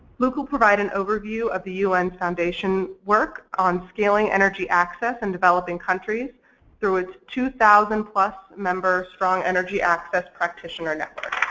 luc will provide an overview of the un foundation work on scaling energy access in developing countries through its two thousand plus member strong energy access practitioner network.